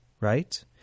Right